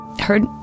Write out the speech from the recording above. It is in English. heard